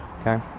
okay